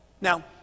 Now